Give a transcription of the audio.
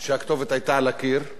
שהכתובת היתה על הקיר.